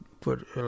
put